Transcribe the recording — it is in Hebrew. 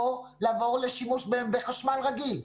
או לעבור לשימוש בחשמל רגיל.